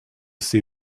see